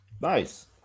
nice